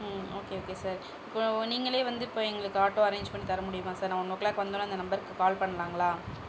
ம் okay okay sir இப்போ நீங்களே வந்து இப்போ எங்களுக்கு ஆட்டோ அரேன்ஜ் பண்ணி தர முடியுமா சார் நான் ஒன் ஓ கிளாக் வந்தோன இந்த நம்பருக்கு கால் பண்ணலாங்களா